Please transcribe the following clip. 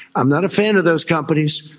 i'm not a fan of those companies,